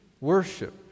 worship